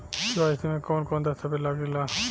KYC में कवन कवन दस्तावेज लागे ला?